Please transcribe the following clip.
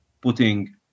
putting